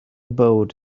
boat